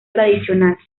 tradicional